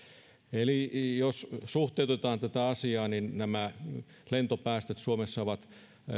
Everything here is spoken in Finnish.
eli jos suhteutetaan tätä asiaa niin suomessa lentopäästöt ovat